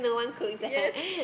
yes